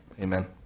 Amen